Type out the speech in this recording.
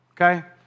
okay